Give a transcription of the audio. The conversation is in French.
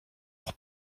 leur